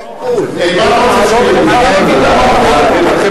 נו, מה